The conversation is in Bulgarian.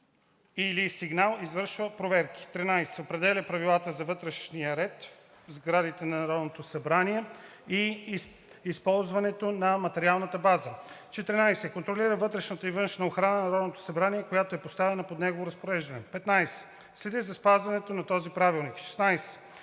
или сигнал извършва проверки; 13. определя правилата за вътрешния ред в сградите на Народното събрание и използването на материалната база; 14. контролира вътрешната и външната охрана на Народното събрание, която е поставена под негово разпореждане; 15. следи за спазването на този правилник; 16.